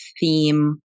theme